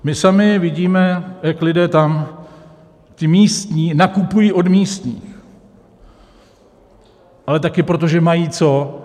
My sami vidíme, jak lidé tam ti místní nakupují od místních, ale také proto, že mají co.